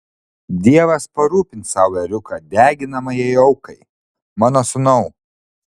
dievas parūpins sau ėriuką deginamajai aukai mano sūnau